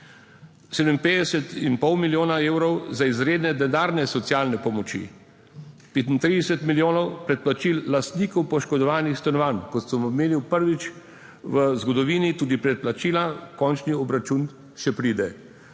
57,5 milijona evrov za izredne denarne socialne pomoči, 35 milijonov preplačil lastnikov poškodovanih stanovanj. Kot sem omenil, prvič v zgodovini tudi predplačila, končni obračun še pride.